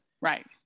Right